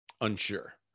unsure